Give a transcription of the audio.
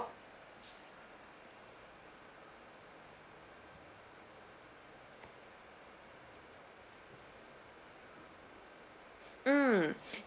mm